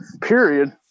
period